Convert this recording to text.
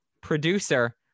producer